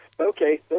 Okay